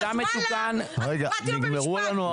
אז וואלה, אז הפרעתי לו במשפט.